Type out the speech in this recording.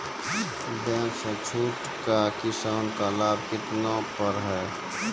Bank से छूट का किसान का लाभ मिला पर?